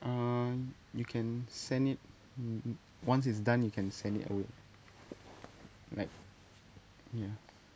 um you can send it mm mm once it's done you can send it oh like ya